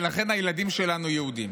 ולכן הילדים שלנו יהודים.